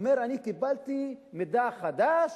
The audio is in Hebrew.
אומר: קיבלתי מידע חדש,